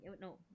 no